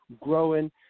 growing